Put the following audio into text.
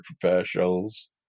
professionals